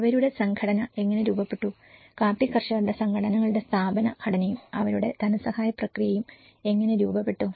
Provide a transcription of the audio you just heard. അവരുടെ സംഘടന എങ്ങനെ രൂപപ്പെട്ടു കാപ്പി കർഷകരുടെ സംഘടനകളുടെ സ്ഥാപന ഘടനയും അവയുടെ ധനസഹായ പ്രക്രിയയും എങ്ങനെ രൂപപ്പെട്ടു